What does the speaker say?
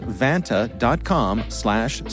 vanta.com/slash